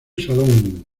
salón